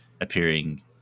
appearing